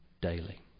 daily